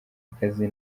akazi